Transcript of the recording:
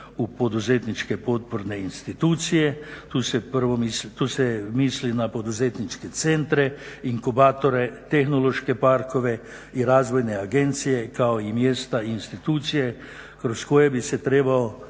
u poduzetničke potporne institucije. Tu se misli na poduzetničke centre, inkubatore, tehnološke parkove i razvojne agencije kao i mjesta institucije kroz koje bi se trebao